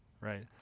right